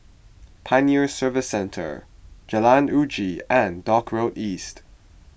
Pioneer Service Centre Jalan Uji and Dock Road East